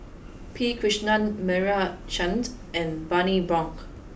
P Krishnan Meira Chand and Bani Buang